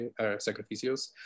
Sacrificios